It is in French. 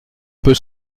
peut